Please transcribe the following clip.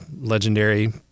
legendary